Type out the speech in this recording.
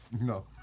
No